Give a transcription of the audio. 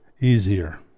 easier